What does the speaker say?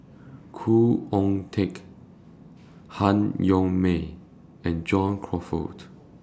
Khoo Oon Teik Han Yong May and John Crawfurd